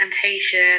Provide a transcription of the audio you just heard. temptation